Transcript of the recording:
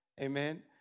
Amen